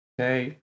Okay